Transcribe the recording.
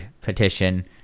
petition